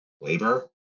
labor